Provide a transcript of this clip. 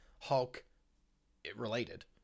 Hulk-related